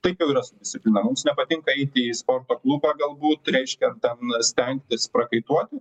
taip jau yra su disciplina mums nepatinka eiti į sporto klubą galbūt reiškia ten stengtis prakaituoti